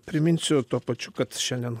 priminsiu tuo pačiu kad šiandien